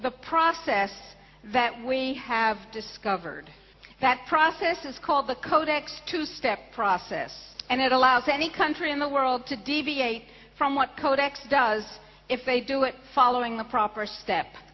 the process that we have discovered that process is called the codex two step process and it allows any country in the world to deviate from what codex does if they do it following the proper step